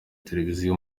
televiziyo